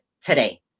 today